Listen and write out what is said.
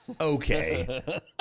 Okay